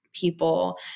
people